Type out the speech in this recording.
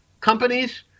companies